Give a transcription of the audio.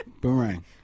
Boomerang